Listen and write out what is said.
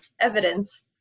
evidence